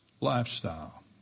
lifestyle